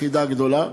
חידה גדולה.